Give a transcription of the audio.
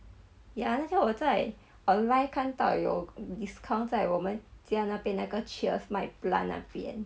ya that's why 我在 online 看都要 discount 在我们家那边那个 cheers 卖 plant 那边